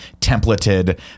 templated